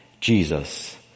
Jesus